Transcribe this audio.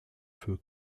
für